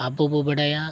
ᱟᱵᱚ ᱵᱚ ᱵᱟᱰᱟᱭᱟ